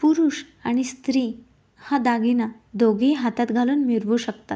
पुरुष आणि स्त्री हा दागिना दोघेही हातात घालून मिरवू शकतात